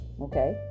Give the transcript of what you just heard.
okay